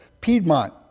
Piedmont